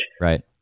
Right